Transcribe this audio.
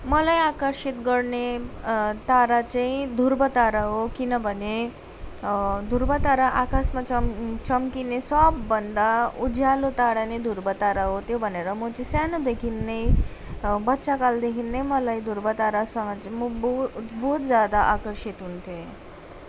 मलाई आकर्षित गर्ने तारा चाहिँ धुर्व तारा हो किनभने धुर्व तारा आकासमा चम चम्किने सबभन्दा उज्यालो तारा नै धुर्व तारा हो त्यो भनेर म चाहिँ सानोदेखि नै बच्चाकालदेखि नै मलाई धुर्व तारासँग चाहिँ म बो बहुत ज्यादा आकर्षित हुन्थेँ